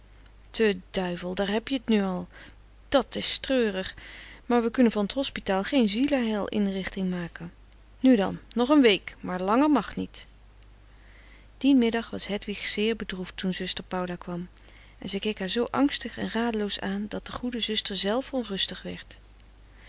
te duivel daar heb je t nu al dat's treurig maar we kunnen van t hospitaal geen ziele heil inrichting maken nu dan nog een week maar langer mag niet dien middag was hedwig zeer bedroefd toen zuster paula kwam en zij keek haar zoo angstig en radeloos aan dat de goede zuster zelf onrustig werd